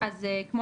אז כמו